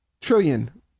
Trillion